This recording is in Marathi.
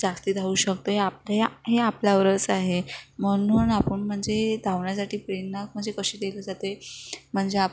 जास्त धावू शकतो हे आप हे आपल्यावरच आहे म्हणून आपण म्हणजे धावण्यासाठी प्रेरणा म्हणजे कशी दिली जाते म्हणजे आप